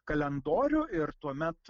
kalendorių ir tuomet